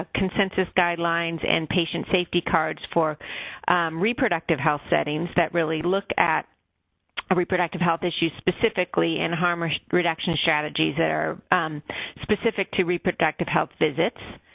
ah consensus guidelines, and patient safety cards for reproductive health settings that really look at ah reproductive health issues specifically in harm ah reduction strategies there and specific to reproductive health visits.